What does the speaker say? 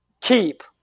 keep